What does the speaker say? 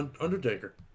Undertaker